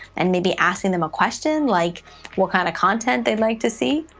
and maybe asking them a question like what kind of content they'd like to see,